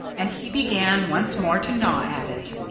and he began once more to gnaw at it.